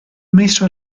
messo